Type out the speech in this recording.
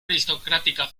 aristocrática